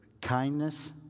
kindness